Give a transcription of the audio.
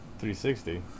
360